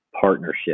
partnership